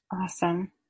Awesome